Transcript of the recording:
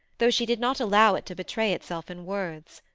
though she did not allow it to betray itself in words.